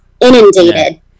inundated